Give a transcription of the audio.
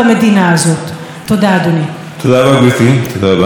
חברת הכנסת איילת נחמיאס ורבין.